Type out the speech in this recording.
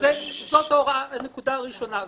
זו הנקודה הראשונה.